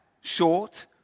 short